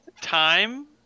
time